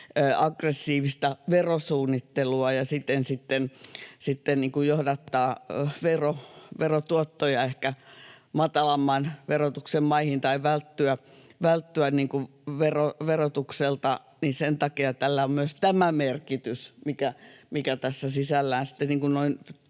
aggressiivista verosuunnittelua ja siten johdattaa verotuottoja ehkä matalamman verotuksen maihin tai välttyä verotukselta, ja sen takia tällä on myös tämä merkitys, mikä tässä sisällä